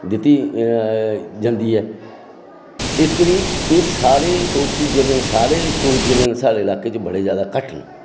दित्ती जंदी ऐ इस करी एह् सारे सोर्सेज़ जेह्ड़े न सारे एह् जेह्ड़े साढ़े लाकै च बड़े जैदा घट्ट न